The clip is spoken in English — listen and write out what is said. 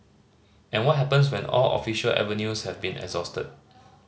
and what happens when all official avenues have been exhausted